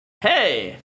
Hey